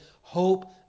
hope